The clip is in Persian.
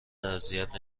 اذیت